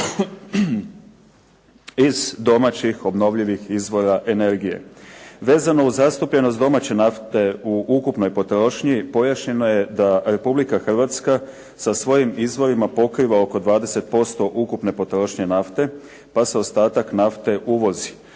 iz domaćih obnovljivih izvora energije. Vezano uz zastupljenost domaće nafte u ukupnoj potrošnji pojašnjeno je da Republika Hrvatska sa svojim izvorima pokriva oko 20% ukupne potrošnje nafte pa se ostatak nafte uvozi.